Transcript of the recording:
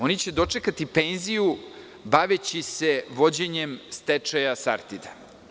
Oni će dočekati penziju baveći se vođenjem stečaja „Sartida“